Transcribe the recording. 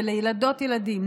ולילדות-ילדים,